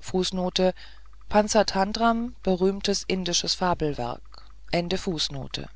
panatantram spruchpanatantram berühmtes indisches fabelwerk sähe